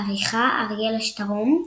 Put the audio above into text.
עריכה אריאלה שטרום,